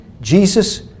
Jesus